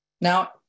Now